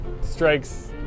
strikes